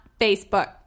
Facebook